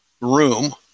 room